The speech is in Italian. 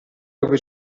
dove